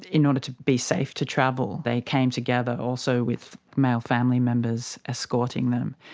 in order to be safe to travel they came together also with male family members escorting them.